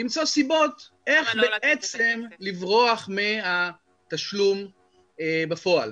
למצוא סיבות איך בעצם לברוח מהתשלום בפועל.